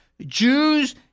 Jews